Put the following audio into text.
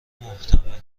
محتمل